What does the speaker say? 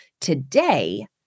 today